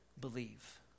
believe